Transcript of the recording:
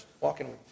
walking